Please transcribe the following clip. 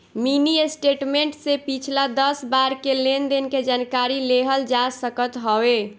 mini statement से पिछला दस बार के लेनदेन के जानकारी लेहल जा सकत हवे